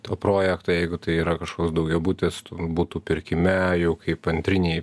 to projekto jeigu tai yra kažkoks daugiabutis būtų pirkime jau kaip antriniai